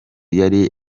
yari